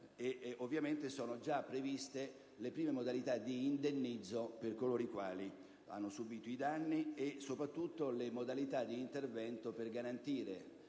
Ovviamente sono già previste le prime modalità di indennizzo per coloro i quali hanno subito i danni e, soprattutto, le modalità di intervento per garantire